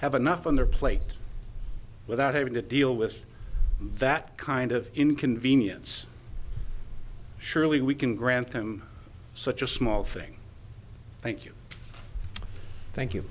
have enough on their plate without having to deal with that kind of inconvenience surely we can grant them such a small thing thank you thank you